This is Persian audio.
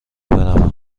بروم